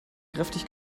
kräftig